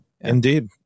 Indeed